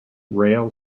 rail